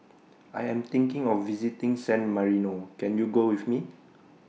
I Am thinking of visiting San Marino Can YOU Go with Me